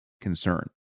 concern